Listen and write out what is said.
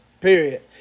Period